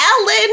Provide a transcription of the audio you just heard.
Ellen